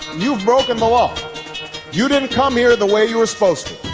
you've broken the law you didn't come here the way you were supposed to.